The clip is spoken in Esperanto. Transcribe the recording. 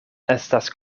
estas